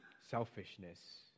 selfishness